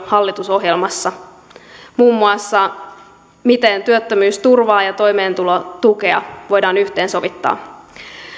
hallitusohjelmassa muun muassa miten työttömyysturvaa ja toimeentulotukea voidaan yhteensovittaa